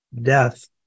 death